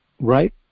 Right